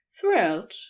thrilled